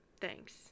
thanks